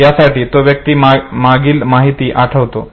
यासाठी तो व्यक्ती मागील माहिती आठवतो